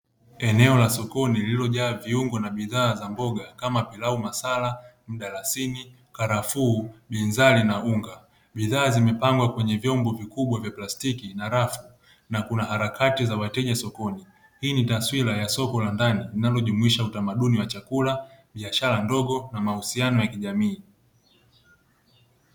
Eneo la sokoni lililojaa viungo na bidhaa za mboga kama: pilau masala, mdalasini, mkarafuu, binzari na unga; bidhaa zimepangwa kwenye vyombo vikubwa vya plastiki na rafu na kuna harakati za wateja sokoni. Hii ni taswira ya soko la ndani linalojumuisha utamaduni wa chakula, biashara ndogo na mahusiano ya kijamii.